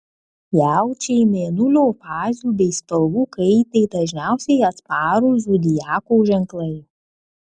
jaučiai mėnulio fazių bei spalvų kaitai dažniausiai atsparūs zodiako ženklai